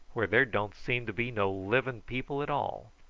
where there don't seem to be no living people at all.